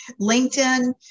LinkedIn